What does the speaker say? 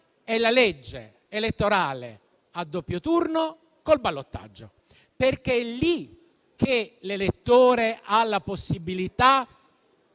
è la legge elettorale a doppio turno col ballottaggio. È lì che l'elettore ha la possibilità